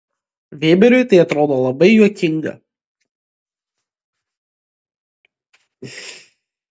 vėberiui tai atrodo labai juokinga